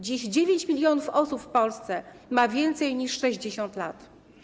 Dziś 9 mln osób w Polsce ma więcej niż 60 lat.